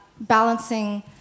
balancing